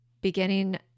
beginning